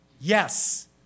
yes